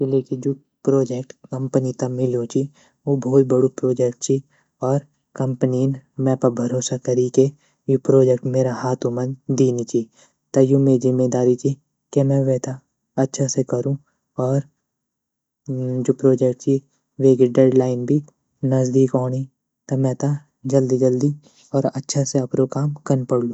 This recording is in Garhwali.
की ले की जू प्रोजेक्ट कंपनी त मिल्यूँ ची ऊ भोट बड़ू प्रोजेक्ट ची और कंपनी न में पा भरोसा करी के यू प्रोजेक्ट मेरा हाथु म दिनी ची त यू में ज़िमेदारी ची की में वेता अच्छा से करूँ और जू प्रोजेक्ट ची वेगी डेडलाइन भी नज़दीक ओणी त मेता जल्दी जल्दी और अच्छा से अपरू काम कन पढ़लू।